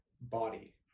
body